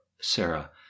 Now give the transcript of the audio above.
Sarah